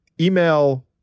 email